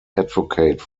advocate